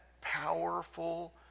powerful